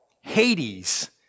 Hades